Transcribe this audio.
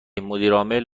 مدیرعامل